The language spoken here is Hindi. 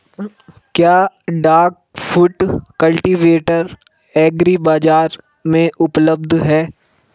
क्या डाक फुट कल्टीवेटर एग्री बाज़ार में उपलब्ध है?